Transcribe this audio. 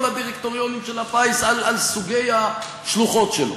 הדירקטוריונים של הפיס על סוגי השלוחות שלו,